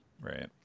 right